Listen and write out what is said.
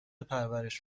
پرورش